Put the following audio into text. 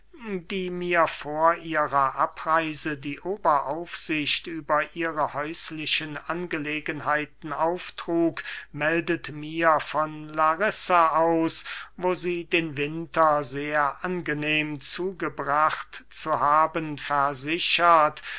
die mir vor ihrer abreise die oberaufsicht über ihre häuslichen angelegenheiten auftrug meldet mir von larissa aus wo sie den winter sehr angenehm zugebracht zu haben versichert